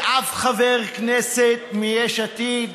שאף חבר כנסת מיש עתיד